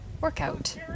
Workout